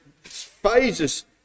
phases